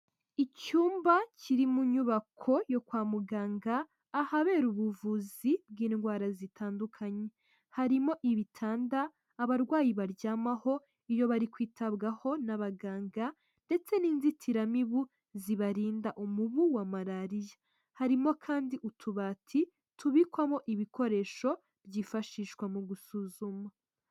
Icyumba kiri mu nyubako yo kwa muganga ahabera ubuvuzi bw'indwara zitandukanye, harimo ibitanda abarwayi baryamaho iyo bari kwitabwaho n'abaganga ndetse n'inzitiramibu zibarinda umubu wa malariya, harimo kandi utubati tubikwamo ibikoresho byifashishwa mu gusuzuma.